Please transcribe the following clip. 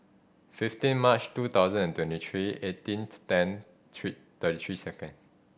fifteen March two thousand and twenty three eighteenth ten three thirty three second